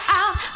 out